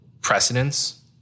precedence